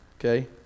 Okay